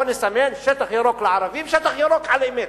בוא נסמן שטח ירוק לערבים, שטח ירוק על אמת.